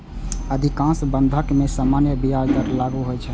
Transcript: अधिकांश बंधक मे सामान्य ब्याज दर लागू होइ छै